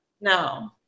No